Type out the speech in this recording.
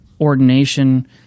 ordination